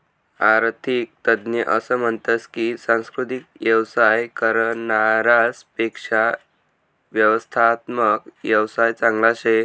आरर्थिक तज्ञ असं म्हनतस की सांस्कृतिक येवसाय करनारास पेक्शा व्यवस्थात्मक येवसाय चांगला शे